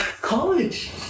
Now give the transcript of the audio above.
college